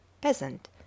peasant